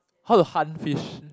how to hunt fish